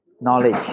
knowledge